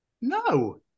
No